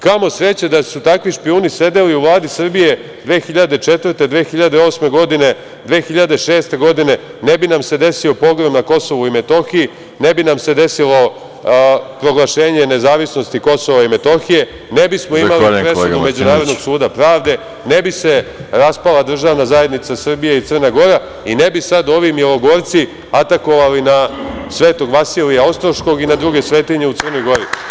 Kamo sreće da su takvi špijuni sedeli u Vladi Srbije 2004. godine, 2006. godine, 2008. godine, ne bi nam se desio pogrom na KiM, ne bi nam se desilo proglašenje nezavisnosti KiM, ne bismo imali presudu Međunarodnog suda pravde, ne bi se raspala Državna zajednica Srbija i Crna Gora i ne bi sad ovi milogorci atakovali na Svetog Vasilija Ostroškog i na druge svetinje u Crnoj Gori.